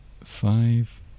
Five